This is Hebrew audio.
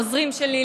העוזרים שלי,